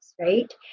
right